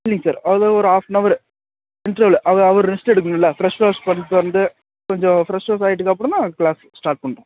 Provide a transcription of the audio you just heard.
இல்லைங்க சார் அது ஒரு ஹாஃப்னவர் இன்ட்ரவலு அது அவர் ரெஸ்ட் எடுக்கணும்ல ஃபிரெஷ் வாஷ் பண்ணிவிட்டு வந்து கொஞ்சம் ஃபிரெஷ் வாஷ் ஆயிட்டதுக்கப்புறம்தான் கிளாஸ் ஸ்டார்ட் பண்ணுறோம்